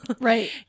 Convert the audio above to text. Right